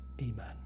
Amen